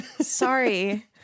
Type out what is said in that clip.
Sorry